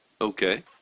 Okay